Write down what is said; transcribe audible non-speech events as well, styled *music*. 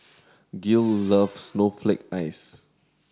Gil *unintelligible* loves snowflake ice